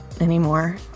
anymore